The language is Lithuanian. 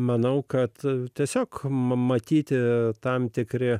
manau kad tiesiog matyti tam tikri